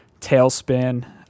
Tailspin